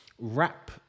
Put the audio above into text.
Wrap